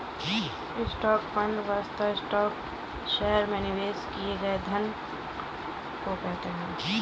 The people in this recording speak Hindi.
स्टॉक फंड वस्तुतः स्टॉक या शहर में निवेश किए गए धन को कहते हैं